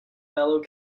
fellow